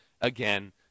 again